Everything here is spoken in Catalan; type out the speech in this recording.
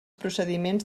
procediments